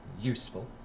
useful